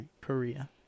Korea